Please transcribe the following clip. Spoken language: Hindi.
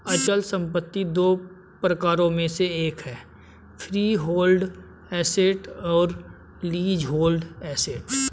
अचल संपत्ति दो प्रकारों में से एक है फ्रीहोल्ड एसेट्स और लीजहोल्ड एसेट्स